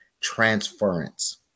transference